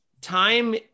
Time